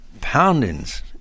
poundings